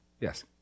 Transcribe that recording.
Yes